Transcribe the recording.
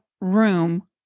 room